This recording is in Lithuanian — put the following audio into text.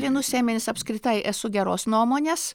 linų sėmenis apskritai esu geros nuomonės